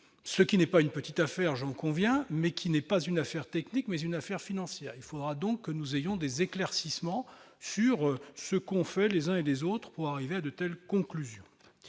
Ce n'est pas une petite somme, j'en conviens, mais ce n'est pas un problème technique ; c'est une affaire financière. Il faudra donc que nous ayons des éclaircissements sur ce qu'on fait les uns et les autres pour arriver à de telles conclusions.